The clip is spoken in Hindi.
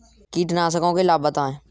कीटनाशकों के लाभ बताएँ?